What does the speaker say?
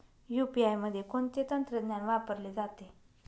UPI मध्ये कोणते तंत्रज्ञान वापरले जाते?